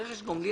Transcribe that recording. רכש גומלין,